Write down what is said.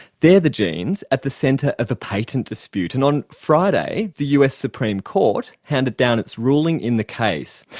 they are the genes at the centre of a patent dispute, and on friday the us supreme court handed down its ruling in the case.